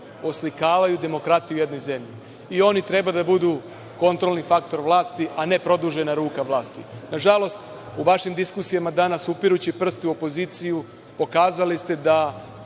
oslikavaju demokratiju jedne zemlje. Oni treba da budu kontrolni faktor vlasti, a ne produžena ruka vlasti. Nažalost, u vašim diskusijama danas upirući prst u opoziciju, pokazali ste da